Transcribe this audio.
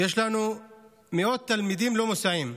יש לנו מאות תלמידים לא מוסעים,